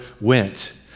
went